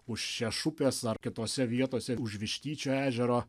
už šešupės ar kitose vietose už vištyčio ežero